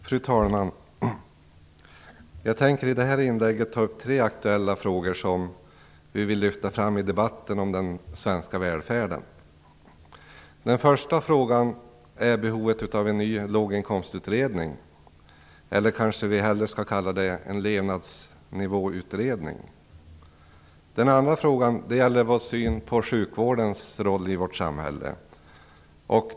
Fru talman! Jag tänker i detta inlägg ta upp tre aktuella frågor som vi i Vänsterpartiet vill lyfta fram i debatten om den svenska välfärden. Den första frågan gäller behovet av en ny låginkomstutredning, eller kanske vi hellre skall kalla det en levnadsnivåutredning. Den andra frågan gäller vår syn på sjukvårdens roll i vårt samhälle.